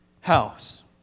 house